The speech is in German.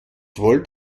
wollt